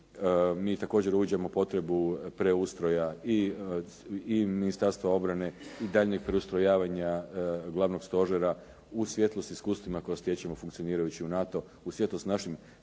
Mi također uviđamo potrebu preustroja i Ministarstva obrane i daljnjeg preustrojavanja Glavnog stožera u svjetlu s iskustvima koja stječemo funkcionirajući u NATO, u svjetlu s našim